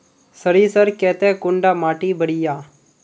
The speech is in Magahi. सरीसर केते कुंडा माटी बढ़िया?